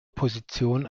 position